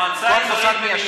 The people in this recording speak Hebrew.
מועצה אזורית בנימין,